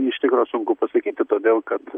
iš tikro sunku pasakyti todėl kad